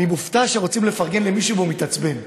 אני מופתע שרוצים לפרגן למישהו והוא מתעצבן,